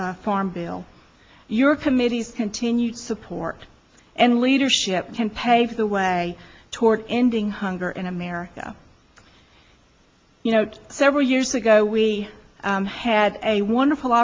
arm bill your committee's continued support and leadership can pave the way toward ending hunger in america you know several years ago we had a wonderful